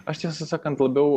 aš tiesą sakant labiau